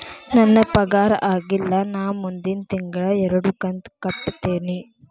ನನ್ನ ಪಗಾರ ಆಗಿಲ್ಲ ನಾ ಮುಂದಿನ ತಿಂಗಳ ಎರಡು ಕಂತ್ ಕಟ್ಟತೇನಿ